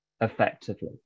effectively